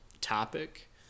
topic